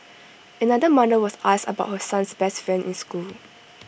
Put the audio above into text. another mother was asked about her son's best friend in school